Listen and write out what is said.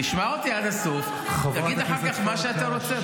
תשמע אותי עד הסוף, אחר כך תגיד מה שאתה רוצה.